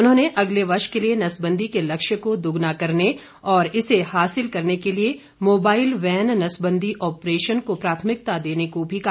उन्होंने अगले वर्ष के लिए नसबंदी के लक्ष्य को दोगुना करने और इसे हासिल करने के लिए मोबाईल वैन नसबंदी ऑपरेशन को प्राथमिकता देने को भी कहा